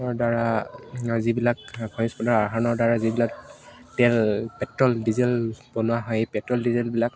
ৰ দ্বাৰা যিবিলাক খৰিজপোনৰ আহৰণৰ দ্বাৰা যিবিলাক তেল পেট্ৰ'ল ডিজেল বনোৱা হয় পেট্ৰ'ল ডিজেল বিলাক